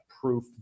proof